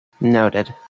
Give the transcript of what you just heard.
Noted